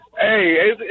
Hey